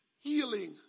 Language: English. healing